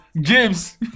James